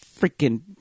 freaking